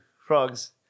Frogs